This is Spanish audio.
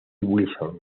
wilson